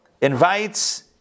invites